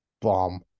bomb